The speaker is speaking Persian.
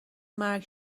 مرگ